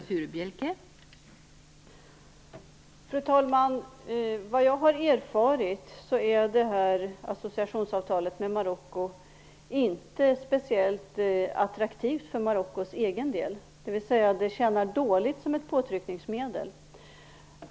Fru talman! Enligt vad jag har erfarit är associationsavtalet med Marocko inte speciellt attraktivt för Marockos egen del. Det tjänar alltså dåligt som påtryckningsmedel.